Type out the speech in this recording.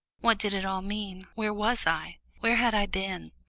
what did it all mean? where was i? where had i been?